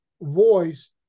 voice